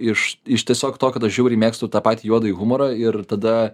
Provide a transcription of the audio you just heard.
iš iš tiesiog to kad aš žiauriai mėgstu tą patį juodąjį humorą ir tada